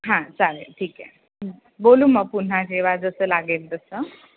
हां चालेल ठीक आहे बोलू मग पुन्हा जेव्हा जसं लागेल तसं